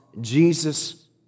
Jesus